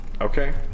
Okay